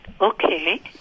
Okay